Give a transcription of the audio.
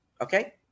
Okay